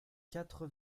quatre